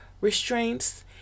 restraints